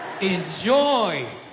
Enjoy